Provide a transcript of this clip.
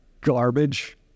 garbage